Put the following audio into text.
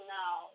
now